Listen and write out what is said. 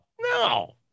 No